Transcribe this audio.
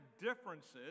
differences